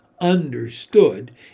understood